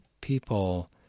people